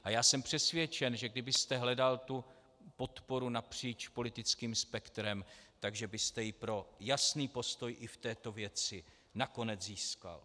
A já jsem přesvědčen, že kdybyste hledal tu podporu napříč politickým spektrem, takže byste ji pro jasný postoj i v této věci nakonec získal.